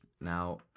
now